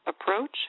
approach